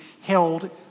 held